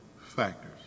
factors